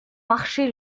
marché